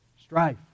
strife